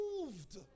moved